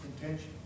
Intention